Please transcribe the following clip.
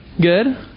Good